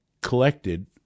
collected